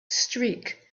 streak